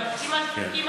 אבל אם אתה,